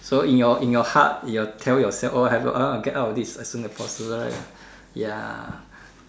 so in your in your heart your tell yourself oh hello get out of this as soon as possible ya